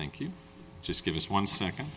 thank you just give us one second